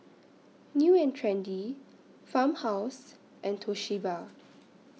New and Trendy Farmhouse and Toshiba